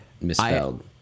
misspelled